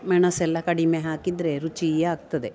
ಮೆಣಸು ಎಲ್ಲ ಕಡಿಮೆ ಹಾಕಿದರೆ ರುಚಿ ಆಗ್ತದೆ